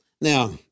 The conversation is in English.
Now